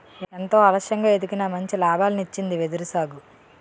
ఎంతో ఆలస్యంగా ఎదిగినా మంచి లాభాల్నిచ్చింది వెదురు సాగు